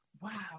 Wow